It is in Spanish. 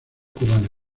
cubana